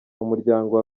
umuryango